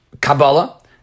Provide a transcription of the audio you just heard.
Kabbalah